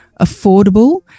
affordable